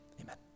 Amen